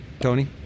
Tony